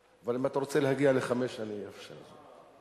אבל אם אתה רוצה להגיע לחמש, אני אאפשר לך.